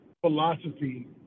philosophy